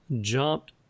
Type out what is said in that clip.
jumped